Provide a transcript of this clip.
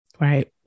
Right